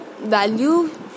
value